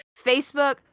Facebook